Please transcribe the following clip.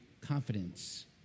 confidence